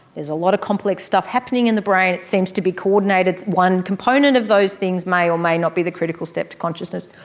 there's a lot of complex stuff happening in the brain. it seems to be coordinated, one component of those things may or may not be the critical step to consciousness,